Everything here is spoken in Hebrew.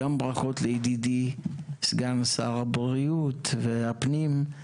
גם ברכות לידידי סגן שר הבריאות והפנים, ארבל,